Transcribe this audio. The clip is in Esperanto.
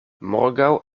morgaŭ